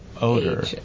odor